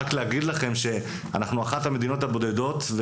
רק להגיד לכם שאנחנו אחת המדינות הבודדות,